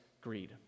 greed